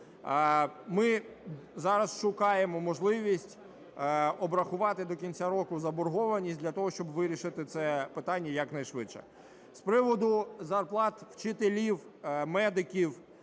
Ми зараз шукаємо можливість обрахувати до кінця року заборгованість для того, щоб вирішити це питання якнайшвидше. З приводу зарплат вчителів, медиків,